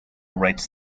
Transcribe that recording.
writes